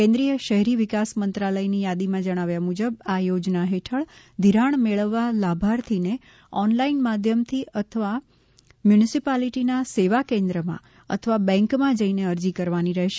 કેન્દ્રિય શહેરી વિકાસ મંત્રાલયની યાદીમાં જણાવ્યા મુજબ આ યોજના હેઠળ ઘિરાણ મેળવવા લાભાર્થીને ઓનલાઈન માધ્યમથી અથવા મ્યુનીસીપાલીટીના સેવા કેન્દ્રમાં અથવા બેંકમાં જઈને અરજી કરવાની રહેશે